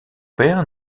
père